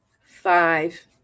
five